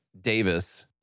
Davis